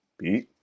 beat